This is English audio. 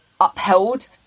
upheld